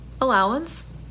Allowance